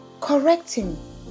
correcting